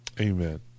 amen